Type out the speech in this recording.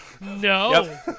no